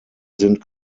sind